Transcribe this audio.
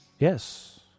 Yes